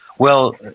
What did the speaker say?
well,